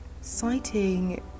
citing